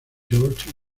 georges